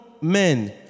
men